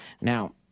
Now